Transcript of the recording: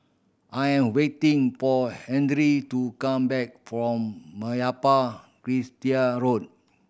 I'm waiting for Henry to come back from Meyappa Chettiar Road